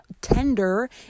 tender